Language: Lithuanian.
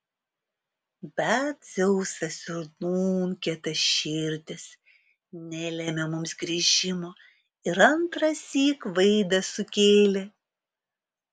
bet dzeusas ir nūn kietaširdis nelėmė mums grįžimo ir antrąsyk vaidą sukėlė